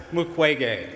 Mukwege